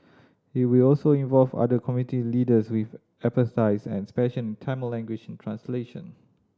it will also involve other community leaders with expertise and in Tamil language and translation